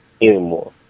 anymore